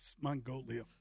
Mongolia